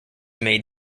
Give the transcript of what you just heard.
made